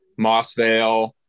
Mossvale